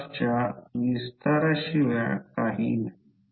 453 milliweber मिळेल हा ∅1 आहे